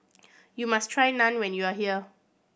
you must try Naan when you are here